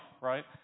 right